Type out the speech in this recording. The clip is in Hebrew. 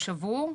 הוא שבור,